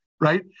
right